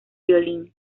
violín